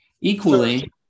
Equally